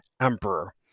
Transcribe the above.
Emperor